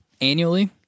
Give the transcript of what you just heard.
annually